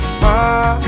far